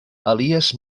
elies